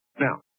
Now